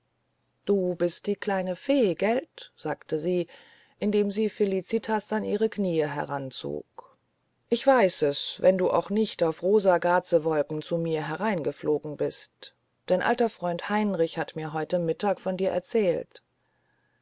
du bist die kleine fee gelt sagte sie indem sie felicitas an ihre kniee heranzog ich weiß es wenn du auch nicht auf rosa gazewolken zu mir hereingeflogen bist dein alter freund heinrich hat mir heute mittag von dir erzählt